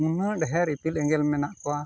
ᱩᱱᱟᱹᱜ ᱰᱷᱮᱨ ᱤᱯᱤᱞ ᱮᱸᱜᱮᱞ ᱢᱮᱱᱟᱜ ᱠᱚᱣᱟ